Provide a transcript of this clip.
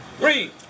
read